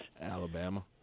Alabama